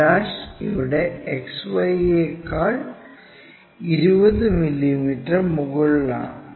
a ഇവിടെ XY യേക്കാൾ 20 millimetre മുകളിലാണ്